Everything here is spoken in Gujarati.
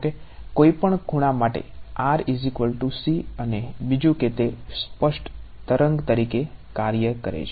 કોઈ પણ ખૂણા માટે અને બીજું કે તે સ્પષ્ટ તરંગ તરીકે કાર્ય કરે છે